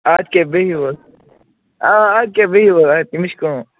اَدٕ کیٛاہ بِہِو حظ آ اَدٕ کیٛاہ بِہِو حظ اَدٕ کیاہ مےٚ چھِ کٲم